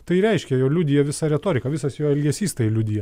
tai reiškia jo liudija visa retorika visas jo elgesys tai liudija